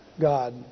God